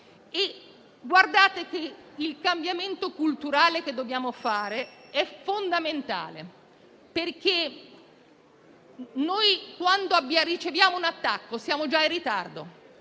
tedesca. Il cambiamento culturale che dobbiamo fare è fondamentale, perché, quando riceviamo un attacco, siamo già in ritardo.